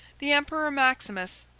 the emperor maximus,